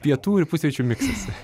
pietų ir pusryčių miksas